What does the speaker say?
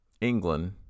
England